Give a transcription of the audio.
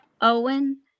Owen